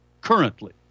currently